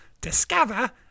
discover